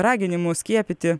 raginimų skiepyti